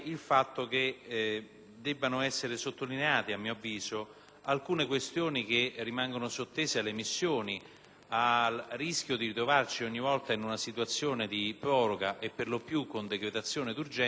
il rischio di trovarci ogni volta in una situazione di proroga e per lo più con decretazione d'urgenza, che non permette di affrontare fino in fondo i problemi che riguardano le missioni.